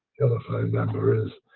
telephone number is.